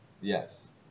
Yes